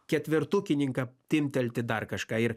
ketvertukininką timptelti dar kažką ir